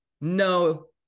no